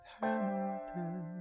Hamilton